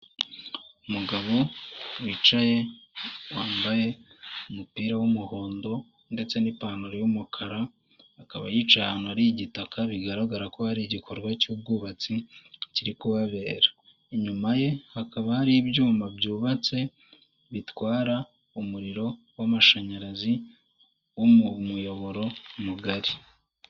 Umugabo wicaye, wambaye umupira w'umuhondo ndetse n'ipantaro y'umukara, akaba yicaye ahantu hari igitaka, bigaragara ko hari igikorwa cy'ubwubatsi kiri kuhabera. Inyuma ye hakaba hari ibyuma byubatse, bitwara umuriro w'amashanyarazi, wo mu muyoboro mugari.